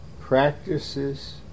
practices